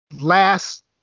last